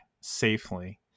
safely